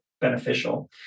beneficial